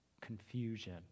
confusion